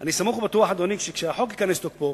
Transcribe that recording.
אני סמוך ובטוח, אדוני, שכשהחוק ייכנס לתוקפו